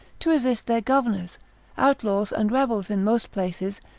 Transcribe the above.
to resist their governors outlaws, and rebels in most places,